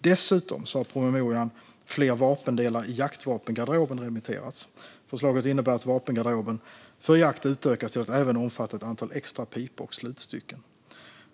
Dessutom har promemorian Fler vapendelar i jaktvapengarderoben remitterats. Förslaget innebär att vapengarderoben för jakt utökas till att även omfatta ett antal extra pipor och slutstycken.